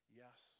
yes